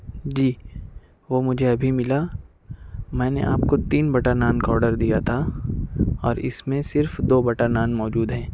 جی وہ مجھے ابھی مِلا میں نے آپ کو تین بٹر نان کا آرڈر دیا تھا اور اِس میں صرف دو بٹر نان موجود ہیں